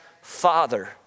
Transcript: father